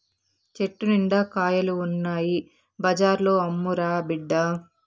చెట్టు నిండా కాయలు ఉన్నాయి బజార్లో అమ్మురా బిడ్డా